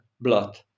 blood